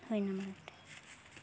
ᱦᱩᱭᱱᱟ ᱢᱚᱬᱮ ᱜᱚᱴᱮᱡ